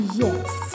yes